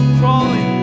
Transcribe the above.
crawling